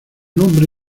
nombre